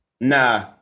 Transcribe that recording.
nah